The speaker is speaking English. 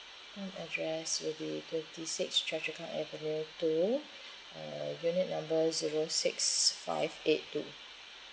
home address will be twenty six choa chu kang avenue two uh unit number zero six five eight two